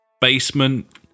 basement